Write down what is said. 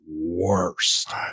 worst